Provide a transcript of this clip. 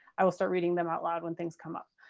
i will start reading them out loud when things come up.